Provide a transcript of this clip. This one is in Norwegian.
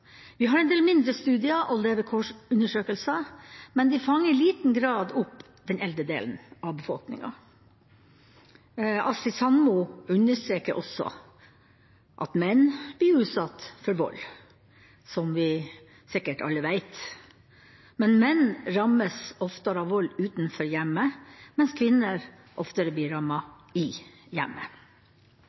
Vi har en del mindre studier og levekårsundersøkelser, men de fanger i liten grad opp den eldre delen av befolkningen. Astrid Sandmoe understreker at også menn blir utsatt for vold, som vi sikkert alle vet, men menn rammes oftere av vold utenfor hjemmet, mens kvinner oftere blir rammet i hjemmet.